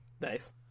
nice